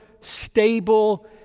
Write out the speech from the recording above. stable